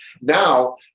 Now